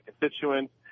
constituents